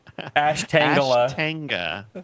Ashtanga